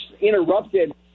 interrupted